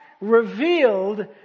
revealed